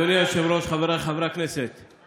אבל אתם נראים כאילו אתם רוצים את זה.